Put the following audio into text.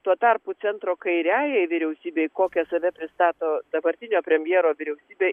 tuo tarpu centro kairiajai vyriausybei kokią save pristato dabartinio premjero vyriausybė